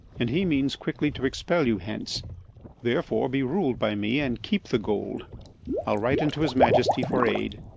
and he means quickly to expel you hence therefore be rul'd by me, and keep the gold i'll write unto his majesty for aid,